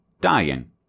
dying